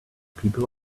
people